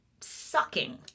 sucking